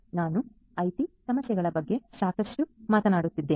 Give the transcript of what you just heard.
ಆದ್ದರಿಂದ ನಾನು ಐಟಿ ಸಮಸ್ಯೆಗಳ ಬಗ್ಗೆ ಸಾಕಷ್ಟು ಮಾತನಾಡುತ್ತಿದ್ದೇನೆ